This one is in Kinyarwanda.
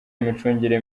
imicungire